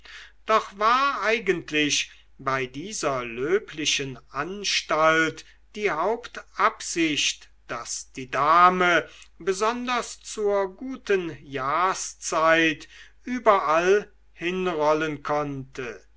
doch war eigentlich bei dieser löblichen anstalt die hauptabsicht daß die dame besonders zur guten jahrszeit überall hinrollen konnte